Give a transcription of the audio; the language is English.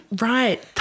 Right